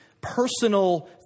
personal